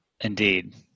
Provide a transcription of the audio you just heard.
Indeed